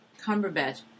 Cumberbatch